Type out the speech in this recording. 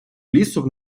лісу